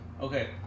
Okay